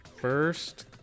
first